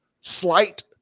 slight